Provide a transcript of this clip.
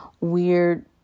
weird